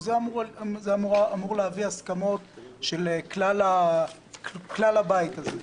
שאמורה להביא הסכמות של כלל הבית הזה.